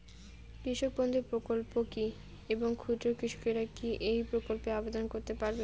কৃষক বন্ধু প্রকল্প কী এবং ক্ষুদ্র কৃষকেরা কী এই প্রকল্পে আবেদন করতে পারবে?